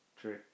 True